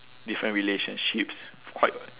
different relationships quite